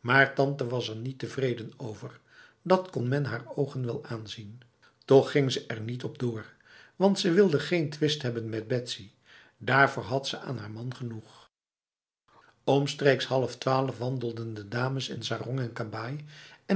maar tante was er niet tevreden over dat kon men haar ogen wel aanzien toch ging ze er niet op door want ze wilde geen twist hebben met betsy daarvoor had ze aan haar man genoeg omstreeks half twaalf wandelden de dames in sarong en kabaai en